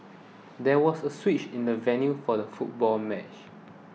there was a switch in the venue for the football match